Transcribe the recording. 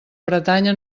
bretanya